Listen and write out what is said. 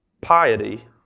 piety